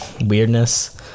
weirdness